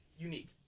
unique